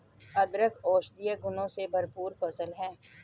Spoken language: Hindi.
अदरक औषधीय गुणों से भरपूर फसल है